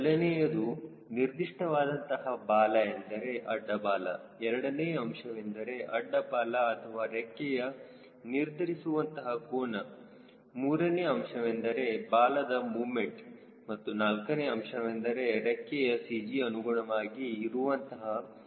ಮೊದಲನೆಯದು ನಿರ್ದಿಷ್ಟವಾದಂತಹ ಬಾಲ ಎಂದರೆ ಅಡ್ಡ ಬಾಲ ಎರಡನೆಯ ಅಂಶವೆಂದರೆ ಅಡ್ಡ ಬಾಲ ಅಥವಾ ರೆಕ್ಕೆಯ ನಿರ್ಧರಿಸುವಂತಹ ಕೋನ ಮೂರನೇ ಅಂಶವೆಂದರೆ ಬಾಲದ ಮೂಮೆಂಟ್ ಮತ್ತು ನಾಲ್ಕನೆಯ ಅಂಶವೆಂದರೆ ರೆಕ್ಕೆಯ CG ಅನುಗುಣವಾಗಿ ಇರುವಂತಹ a